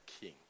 king